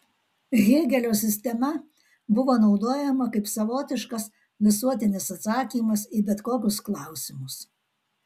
hėgelio sistema buvo naudojama kaip savotiškas visuotinis atsakymas į bet kokius klausimus